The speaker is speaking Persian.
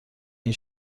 این